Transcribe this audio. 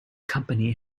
company